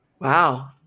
Wow